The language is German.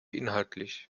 inhaltlich